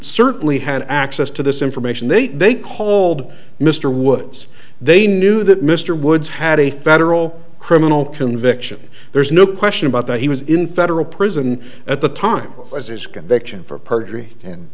certainly had access to this information they they called mr woods they knew that mr woods had a federal criminal conviction there's no question about that he was in federal prison at the time